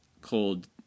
cold